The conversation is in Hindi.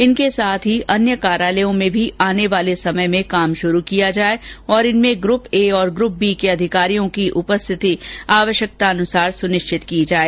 इनके साथ ही अन्य कार्यालयों में भी आने वाले समय में काम शुरू किया जाए और इनमें ग्रूप ए तथा ग्रूप बी के अधिकारियों की उपस्थिति आवश्यकतानुसार सुनिश्चित की जाए